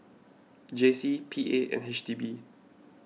J C P A and H D B